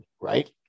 right